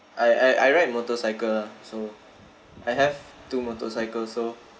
I I I ride motorcycle lah so I have two motorcycles so